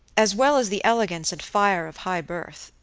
as well as the elegance and fire of high birth,